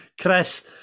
Chris